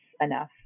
enough